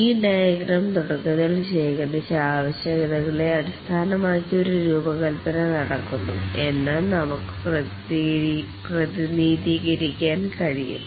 ഈ ഡയഗ്രാം തുടക്കത്തിൽ ശേഖരിച്ച് ആവശ്യകതകളെ അടിസ്ഥാനമാക്കി ഒരു രൂപകൽപന നടക്കുന്നു എന്ന് നമുക്ക് പ്രതിനിധീകരിക്കാൻ കഴിയും